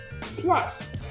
plus